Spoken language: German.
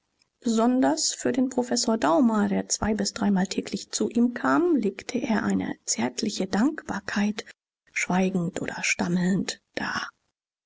besonders für den professor daumer der zwei bis dreimal täglich zu ihm kam legte er eine zärtliche dankbarkeit schweigend oder stammelnd dar